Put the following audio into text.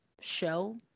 show